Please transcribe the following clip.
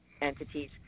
entities